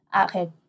okay